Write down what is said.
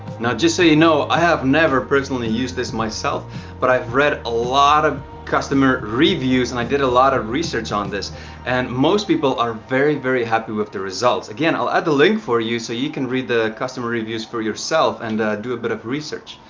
now just so you know i have never personally used this myself but i've read a lot of customer reviews and i did a lot of research on this and most people are very very happy with the results. again i'll add a link for you so you can read the customer reviews for yourself and do a bit of research.